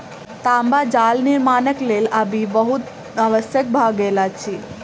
तांबा जाल निर्माणक लेल आबि बहुत आवश्यक भ गेल अछि